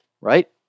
Right